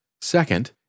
Second